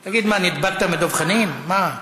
תגיד, מה, נדבקת מדב חנין, מה?